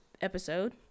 episode